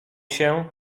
się